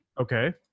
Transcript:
Okay